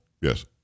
yes